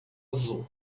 azul